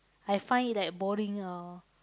I find it like boring ah